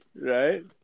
Right